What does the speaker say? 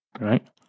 right